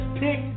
pick